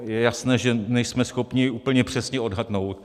Je jasné, že nejsme schopni úplně přesně odhadnout.